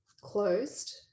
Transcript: closed